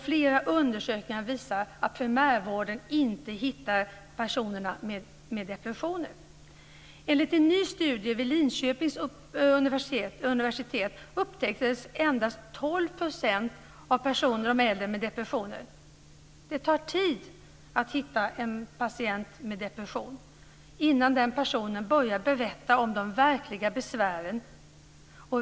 Flera undersökningar visar att primärvården inte hittar personer med depressioner. Enligt en ny studie vid Linköpings universitet upptäcks endast 12 % av de äldre med depression. Det tar tid att hitta en patient med depression innan den personen börjar berätta om de verkliga besvären.